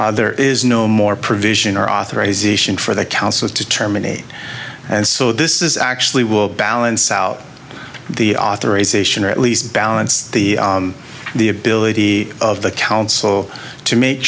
that there is no more provision or authorization for the council to terminate and so this is actually will balance out the authorization or at least balance the the ability of the council to make